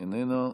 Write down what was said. איננה,